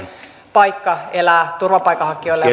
paikka elää turvapaikanhakijoille